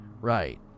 right